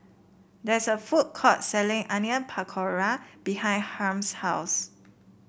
there is a food court selling Onion Pakora behind Harm's house